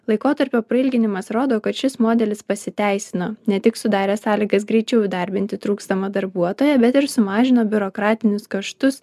laikotarpio prailginimas rodo kad šis modelis pasiteisino ne tik sudarė sąlygas greičiau įdarbinti trūkstamą darbuotoją bet ir sumažino biurokratinius kaštus